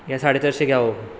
घ्या साडे चारशे घ्या ओ